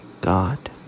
God